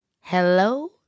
Hello